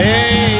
Hey